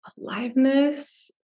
aliveness